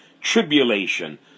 tribulation